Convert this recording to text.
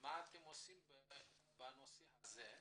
מה אתם עושים בנושא הזה,